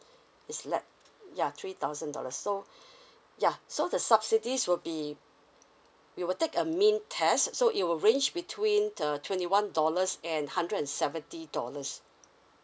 is let ya three thousand dollars so ya so the subsidies will be we will take a mean test so it will range between uh twenty one dollars and hundred seventy dollars